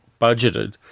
budgeted